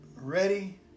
ready